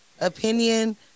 opinion